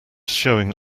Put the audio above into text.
showing